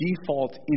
default